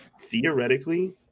theoretically